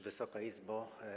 Wysoka Izbo!